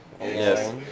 Yes